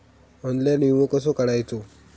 Online विमो कसो काढायचो?